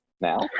Now